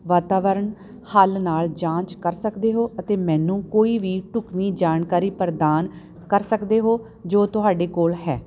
ਵਾਤਾਵਰਨ ਹੱਲ ਨਾਲ ਜਾਂਚ ਕਰ ਸਕਦੇ ਹੋ ਅਤੇ ਮੈਨੂੰ ਕੋਈ ਵੀ ਢੁੱਕਵੀਂ ਜਾਣਕਾਰੀ ਪ੍ਰਦਾਨ ਕਰ ਸਕਦੇ ਹੋ ਜੋ ਤੁਹਾਡੇ ਕੋਲ ਹੈ